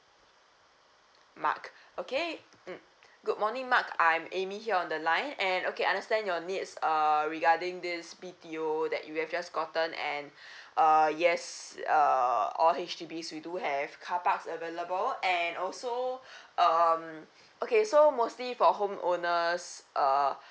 mark okay mm good morning mark I'm amy here on the line and okay understand your needs uh regarding this B_T_O that you have just gotten and uh yes uh all H_D_B we do have car parks available and also um okay so mostly for homeowners uh